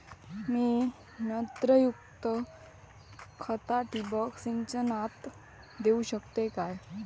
मी नत्रयुक्त खता ठिबक सिंचनातना देऊ शकतय काय?